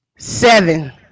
Seven